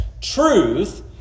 Truth